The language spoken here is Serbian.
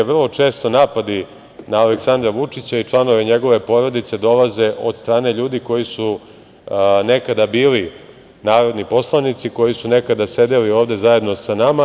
Vrlo često napadi na Aleksandra Vučića i članove njegove porodice dolaze od strane ljudi koji su nekada bili narodni poslanici, koji su nekada sedeli ovde zajedno sa nama.